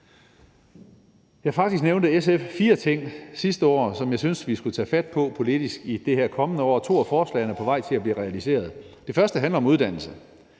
nævnte SF fire ting sidste år, som jeg synes vi skulle tage fat på politisk i det her kommende år. To af forslagene er på vej til at blive realiseret. Den første ting handler om uddannelse.